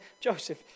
Joseph